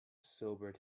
sobered